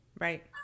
Right